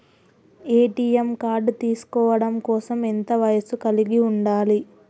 ATM card తీసుకోవడం కోసం ఎంత వయస్సు కలిగి ఉండాలి?